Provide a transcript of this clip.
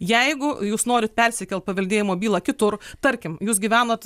jeigu jūs norit persikelt paveldėjimo bylą kitur tarkim jūs gyvenat